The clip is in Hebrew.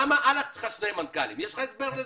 למה אל"ח צריכה שני מנכ"לים, יש לך הסבר לזה?